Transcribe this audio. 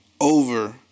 over